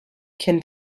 can